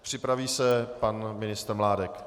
Připraví se pan ministr Mládek.